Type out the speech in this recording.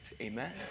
Amen